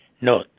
note